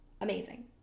Amazing